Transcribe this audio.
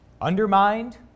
undermined